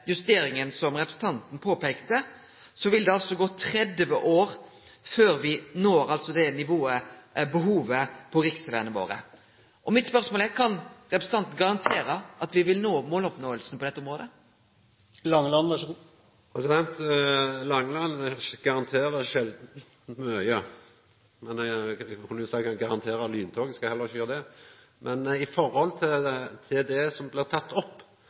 som representanten peika på, vil det altså gå 30 år før me når behovet på riksvegane våre. Mitt spørsmål er: Kan representanten garantere at me vil nå målet på dette området? Langeland garanterer sjeldan mykje. Eg skal heller ikkje garantera lyntoget. Men